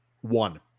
One